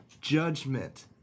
judgment